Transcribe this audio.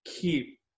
keep